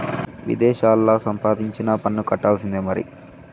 విదేశాల్లా సంపాదించినా పన్ను కట్టాల్సిందే మరి